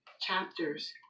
chapters